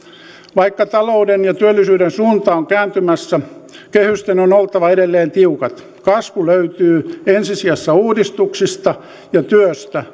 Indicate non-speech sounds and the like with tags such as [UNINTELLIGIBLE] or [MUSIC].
vaikka talouden ja työllisyyden suunta on kääntymässä kehysten on oltava edelleen tiukat kasvu löytyy ensi sijassa uudistuksista ja työstä [UNINTELLIGIBLE]